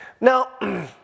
now